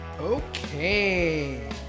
Okay